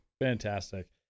Fantastic